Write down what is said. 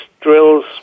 drills